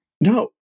No